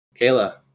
Kayla